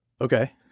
Okay